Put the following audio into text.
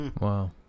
Wow